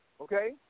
okay